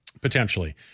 Potentially